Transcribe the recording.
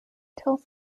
tells